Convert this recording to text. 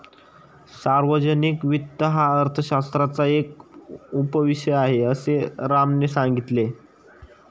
सार्वजनिक वित्त हा अर्थशास्त्राचा एक उपविषय आहे, असे रामने सांगितले